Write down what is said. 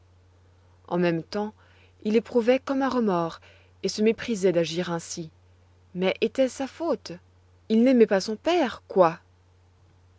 en même temps il éprouvait comme un remords et il se méprisait d'agir ainsi mais était-ce sa faute il n'aimait pas son père quoi